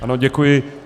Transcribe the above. Ano, děkuji.